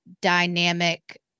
dynamic